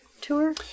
tour